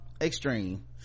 extreme